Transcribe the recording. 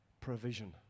provision